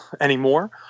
anymore